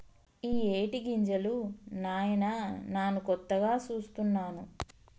ఇయ్యేటి గింజలు నాయిన నాను కొత్తగా సూస్తున్నాను